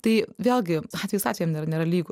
tai vėlgi atvejis atvejam nėra lygu